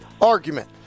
argument